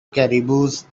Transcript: caribous